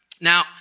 Now